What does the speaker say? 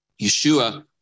Yeshua